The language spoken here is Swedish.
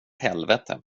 helvete